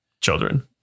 children